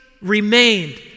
remained